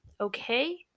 Okay